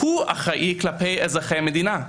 היא אחראית כלפי אזרחי המדינה.